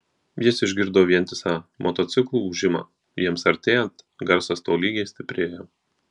jis išgirdo vientisą motociklų ūžimą jiems artėjant garsas tolygiai stiprėjo